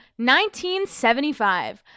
1975